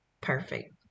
perfect